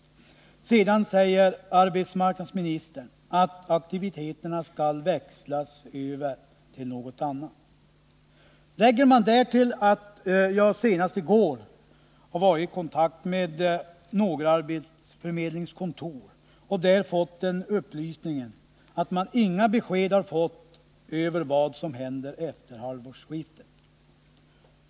Sedan säger arbetsmarknadsministern att aktiviteterna skall växlas över till någonting annat. Lägg därtill att jag senast i går var i kontakt med några arbetsförmedlingskontor och där fick upplysningen att man inte fått några besked om vad som kommer att hända efter halvårsskiftet.